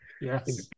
Yes